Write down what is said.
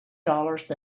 dollars